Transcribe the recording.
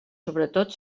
sobretot